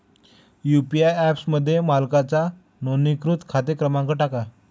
UPI ॲपमध्ये मालकाचा नोंदणीकृत खाते क्रमांक टाका